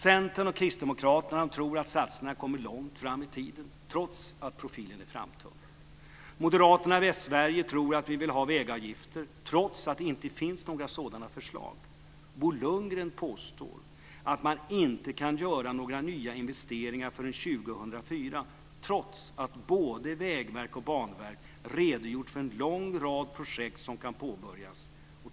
Centern och Kristdemokraterna tror att satsningarna kommer långt fram i tiden, trots att profilen är framtung. Moderaterna i Västsverige tror att vi vill ha vägavgifter, trots att det inte finns några sådana förslag. Bo Lundgren påstår att man inte kan göra några nya investeringar förrän 2004, trots att både Vägverket och Banverket redogjort för en lång rad projekt som kan påbörjas.